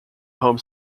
home